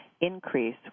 increase